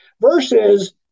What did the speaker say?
versus